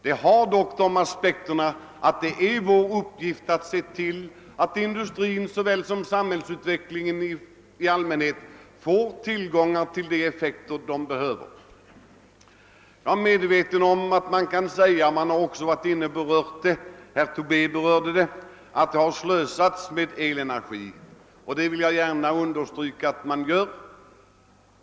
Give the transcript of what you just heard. Det är dock vår uppgift att se till att industrin såväl som samhällsutvecklingen i allmänhet får tillgång till de effekter de behöver. Jag är medveten om att man kan säga — man har också gjort det; herr Tobé gjorde det — att det har slösats med elenergi. Jag vill gärna understryka att man gör det.